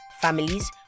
families